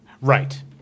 Right